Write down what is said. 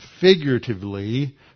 figuratively